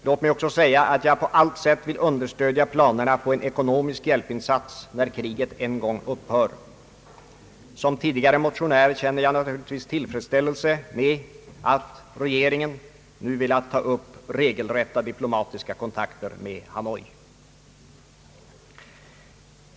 Låt mig också säga att jag på allt sätt vill understödja planerna på en ekonomisk hjälpinsats, när kriget en gång upphör. Som tidigare motionär känner jag naturligtvis tillfredsställelse med att regeringen nu velat ta upp regelrätta diplomatiska kontakter med Hanoi.